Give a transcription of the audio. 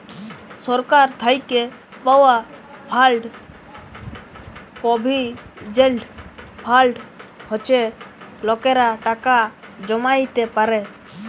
সরকার থ্যাইকে পাউয়া fund provident fund হছে লকেরা টাকা জ্যমাইতে পারে